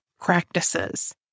practices